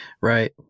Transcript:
Right